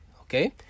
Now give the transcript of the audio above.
okay